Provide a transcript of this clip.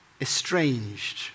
estranged